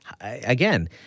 again